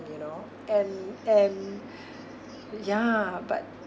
you know and and yeah but